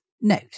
Note